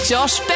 Josh